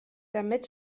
damit